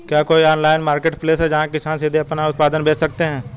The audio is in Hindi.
क्या कोई ऑनलाइन मार्केटप्लेस है जहां किसान सीधे अपने उत्पाद बेच सकते हैं?